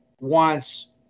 wants